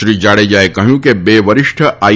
શ્રી જાડેજાએ કહ્યું કે બે વરિષ્ઠ આઈ